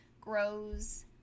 grows